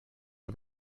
are